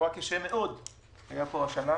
אירוע קשה מאוד היה פה השנה.